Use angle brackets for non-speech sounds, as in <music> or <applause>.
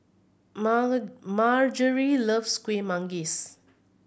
<unintelligible> Margery loves Kuih Manggis